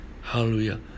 Hallelujah